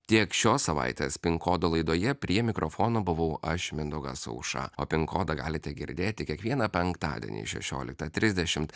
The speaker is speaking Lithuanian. tiek šios savaitės pin kodo laidoje prie mikrofono buvau aš mindaugas auša o pin kodą galite girdėti kiekvieną penktadienį šešioliktą trisdešimt